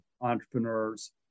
entrepreneurs